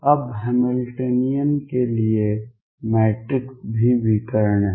अब हैमिल्टनियन के लिए मैट्रिक्स भी विकर्ण है